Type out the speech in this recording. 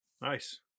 Nice